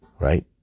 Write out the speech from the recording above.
Right